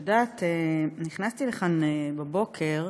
את יודעת, נכנסתי לכאן בבוקר,